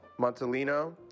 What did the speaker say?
Montalino